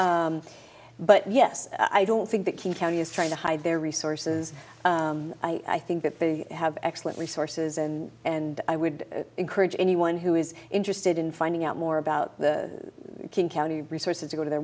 hide but yes i don't think that king county is trying to hide their resources i think that they have excellent resources and i would encourage anyone who is interested in finding out more about the king county resources to go to their